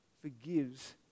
forgives